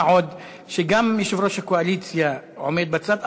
מה עוד שגם יושב-ראש הקואליציה עומד בצד,